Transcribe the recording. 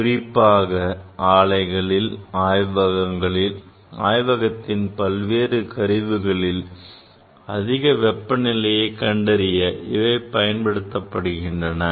குறிப்பாக ஆலைகளில் ஆய்வகங்களில் ஆய்வகத்தின் பல்வேறு கருவிகளில் அதிக வெப்ப நிலையை கண்டறிய இவை பயன்படுத்தப்படுகின்றன